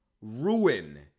ruin